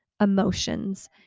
emotions